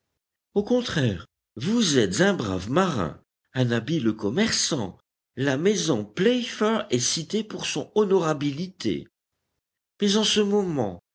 au contraire vous êtes un brave marin un habile commerçant la maison playfair est citée pour son honorabilité mais en ce moment